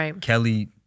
kelly